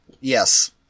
Yes